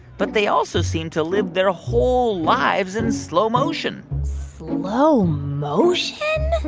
but they also seem to live their whole lives in slow motion slow motion?